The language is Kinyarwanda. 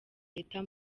leta